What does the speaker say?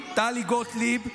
טלי גוטליב,